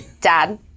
Dad